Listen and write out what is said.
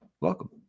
welcome